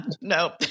nope